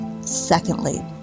Secondly